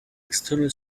external